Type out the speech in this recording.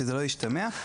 שלא ישתמע כך,